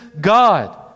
God